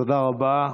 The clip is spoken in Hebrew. תודה רבה.